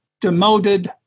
demoted